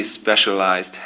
specialized